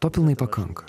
to pilnai pakanka